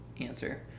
answer